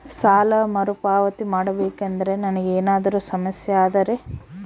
ಸಾಲ ಮರುಪಾವತಿ ಮಾಡಬೇಕಂದ್ರ ನನಗೆ ಏನಾದರೂ ಸಮಸ್ಯೆ ಆದರೆ?